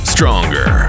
Stronger